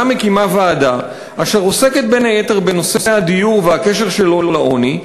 מקימה ועדה אשר עוסקת בין היתר בנושא הדיור והקשר שלו לעוני,